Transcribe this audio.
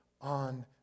on